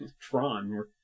Tron